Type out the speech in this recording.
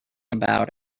about